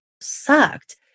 sucked